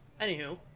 Anywho